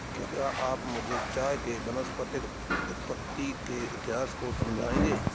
क्या आप मुझे चाय के वानस्पतिक उत्पत्ति के इतिहास को समझाएंगे?